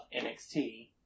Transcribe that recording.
NXT